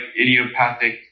idiopathic